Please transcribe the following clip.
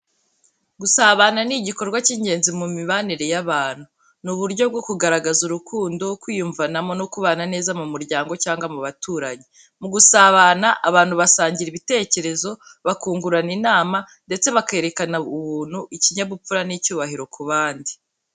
Gusabana ni igikorwa cy’ingenzi mu mibanire y’abantu. Ni uburyo bwo kugaragaza urukundo, kwiyumvanamo no kubana neza mu muryango cyangwa mu baturanyi. Mu gusabana, abantu basangira ibitekerezo, bakungurana inama, ndetse bakerekana ubuntu, ikinyabupfura n’icyubahiro ku bandi.